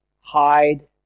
hide